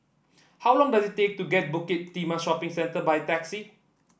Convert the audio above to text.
how long does it take to get Bukit Timah Shopping Centre by taxi